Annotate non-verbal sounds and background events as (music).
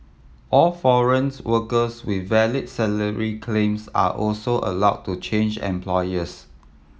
all foreign (unintelligible) workers with valid salary claims are also allowed to change employers